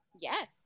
yes